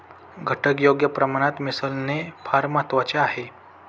घटक योग्य प्रमाणात मिसळणे फार महत्वाचे आहे